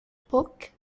book